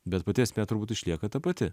bet pati esmė turbūt išlieka ta pati